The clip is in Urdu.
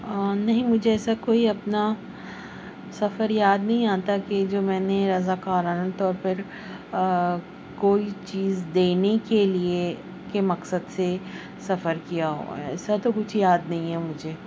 نہیں مجھے ایسا کوئی اپنا سفر یاد نہیں آتا کہ جو میں نے رضاکارانہ طور پر کوئی چیز دینے کے لیے کے مقصد سے سفر کیا ہو ایسا تو کچھ یاد نہیں ہے مجھے